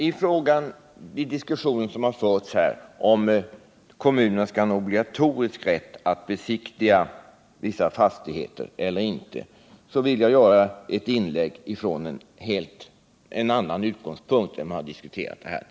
I diskussionen huruvida kommunen skall ha en obligatorisk rätt att besiktiga vissa fastigheter eller inte vill jag göra ett inlägg från en något annan utgångspunkt än vad tidigare talare haft.